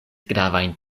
gravajn